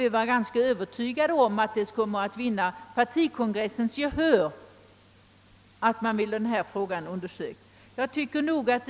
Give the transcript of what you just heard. Vi är ganska övertygade om att motionen kommer att vinna partikongressens gehör och att denna alltså vill ha denna fråga undersökt.